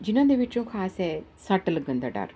ਜਿਨ੍ਹਾਂ ਦੇ ਵਿੱਚੋਂ ਖ਼ਾਸ ਹੈ ਸੱਟ ਲੱਗਣ ਦਾ ਡਰ